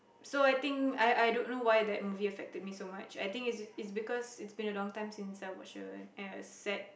so I think I I don't know why that movie affected me so much I think it's it's because it's been a long time since I watched a a sad